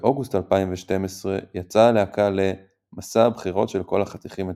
ובאוגוסט 2012 יצאה הלהקה ל"מסע הבחירות של כל החתיכים אצלי",